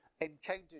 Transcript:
encountered